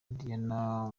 diana